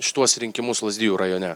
šituos rinkimus lazdijų rajone